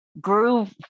Groove